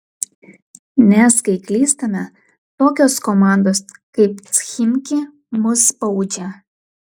nes kai klystame tokios komandos kaip chimki mus baudžia